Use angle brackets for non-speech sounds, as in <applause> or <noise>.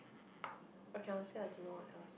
<breath> okay honestly I don't know what else